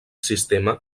sistema